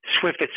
Swift